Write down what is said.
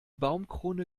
baumkrone